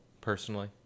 personally